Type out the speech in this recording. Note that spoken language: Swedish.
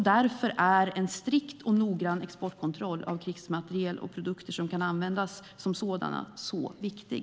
Därför är en strikt och noggrann exportkontroll av krigsmateriel och produkter som kan användas som sådant så viktig.